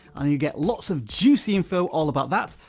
and you get lots of juicy info all about that,